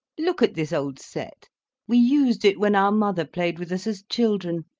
look at this old set we used it when our mother played with us as children.